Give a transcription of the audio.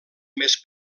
més